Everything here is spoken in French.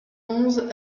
onze